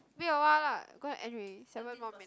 wait a while lah going to end already seven more minutes